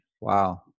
Wow